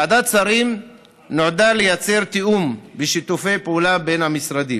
ועדת שרים נועדה ליצר תיאום ושיתופי פעולה בין המשרדים.